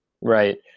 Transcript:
right